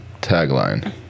Tagline